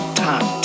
time